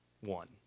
One